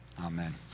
Amen